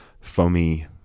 foamy